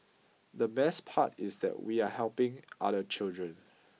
the best part is that we are helping other children